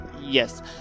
Yes